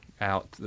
out